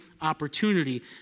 opportunity